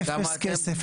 אפס כסף.